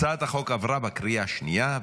הצעת החוק עברה בקריאה השנייה.